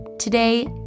Today